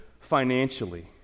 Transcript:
financially